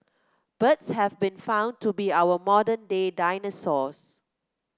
birds have been found to be our modern day dinosaurs